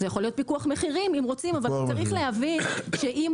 זה יכול להיות פיקוח מחירים אם רוצים אבל צריך להבין שאם